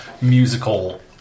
musical